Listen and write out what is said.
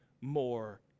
more